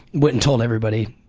went and told everybody.